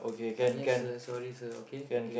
uh yes sir sorry sir okay thank you